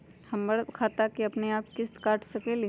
हमर खाता से अपनेआप किस्त काट सकेली?